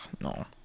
No